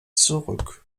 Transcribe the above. zurück